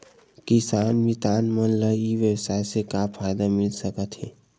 किसान मितान मन ला ई व्यवसाय से का फ़ायदा मिल सकथे?